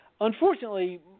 Unfortunately